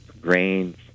grains